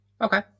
Okay